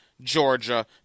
Georgia